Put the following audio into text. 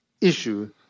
issue